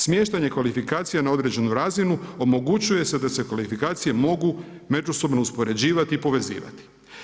Smještanje kvalifikacije na određenu razinu omogućuje se da se kvalifikacije mogu međusobno uspoređivati i povezivati.